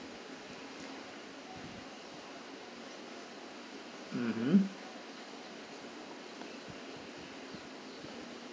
mmhmm